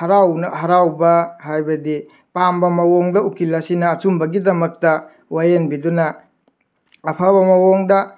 ꯍꯔꯥꯎꯕ ꯍꯥꯏꯕꯗꯤ ꯄꯥꯝꯕ ꯃꯑꯣꯡꯗ ꯎꯀꯤꯜ ꯑꯁꯤꯅ ꯑꯆꯨꯝꯕꯒꯤꯗꯃꯛꯇ ꯋꯥꯌꯦꯟꯕꯤꯗꯨꯅ ꯑꯐꯕ ꯃꯑꯣꯡꯗ